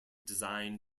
design